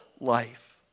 life